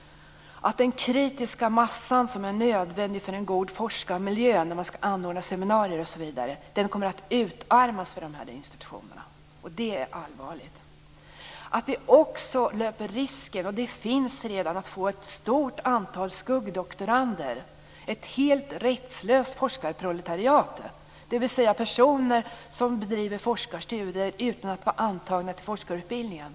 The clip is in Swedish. Den kritiska massa som är nödvändig för en god forskarmiljö, när man skall anordna seminarier osv., kommer att utarmas vid de här institutionerna. Och det är allvarligt. Vi löper också risken - de finns redan - att få ett stort antal skuggdoktorander, ett helt rättslöst forskarproletariat, dvs. personer som bedriver forskarstudier utan att vara antagna till forskarutbildningen.